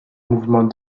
mouvement